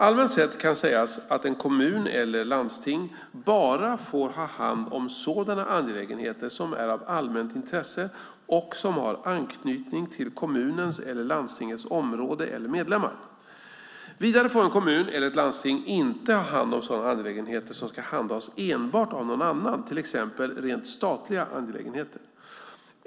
Allmänt sett kan sägas att en kommun eller ett landsting bara får ha hand om sådana angelägenheter som är av allmänt intresse och som har anknytning till kommunens eller landstingets område eller medlemmar. Vidare får en kommun eller ett landsting inte ha hand om sådana angelägenheter som ska handhas enbart av någon annan, till exempel rent statliga angelägenheter.